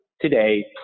today